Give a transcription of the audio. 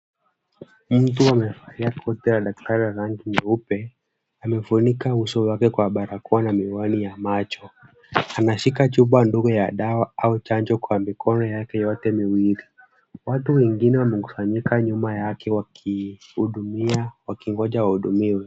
Mtu amevalia koti la daktari la rangi nyeupe. Amefunika uso wake kwa barakoa na miwani ya macho. Anashika chupa ndogo ya dawa au chanjo kwa mikono yake yote miwili. Watu wengine wamekusanyika nyuma yake wakingoja wahudumiwe.